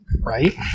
Right